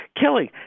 killing